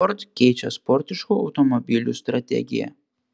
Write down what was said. ford keičia sportiškų automobilių strategiją